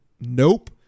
nope